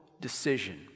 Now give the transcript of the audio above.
decision